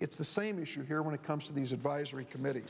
it's the same issue here when it comes to these advisory committee